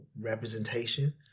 representation